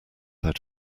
out